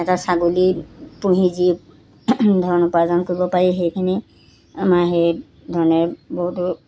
এটা ছাগলী পুহি যি ধৰণৰ উপাৰ্জন কৰিব পাৰি সেইখিনি আমাৰ সেই ধৰণে বহুতো